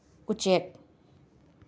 ꯎꯆꯦꯛ